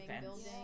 building